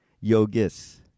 yogis